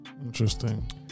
interesting